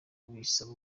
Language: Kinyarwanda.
tubisaba